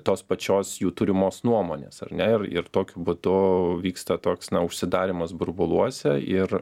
tos pačios jų turimos nuomonės ar ne ir ir tokiu būdu vyksta toks na užsidarymas burbuluose ir